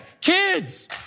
Kids